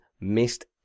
Missed